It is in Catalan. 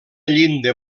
llinda